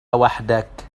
وحدك